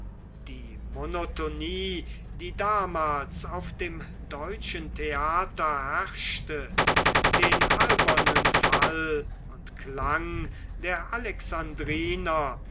die monotonie die damals auf dem deutschen theater herrschte den albernen fall und klang der